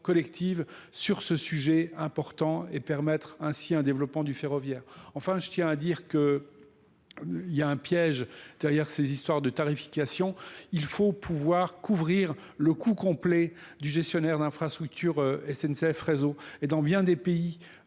sur ce sujet important et permettre ainsi un développement du ferroviaire. Enfin, je tiens à dire que Il y a un piège derrière cess histoires de tarification il faut pouvoir couvrir le coût complet du gestionnaire d'infrastructures N C F réseau et dans bien des pays